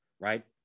right